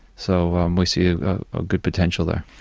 so um we see a good potential there.